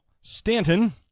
Stanton